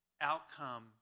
Outcome